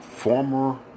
Former